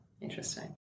interesting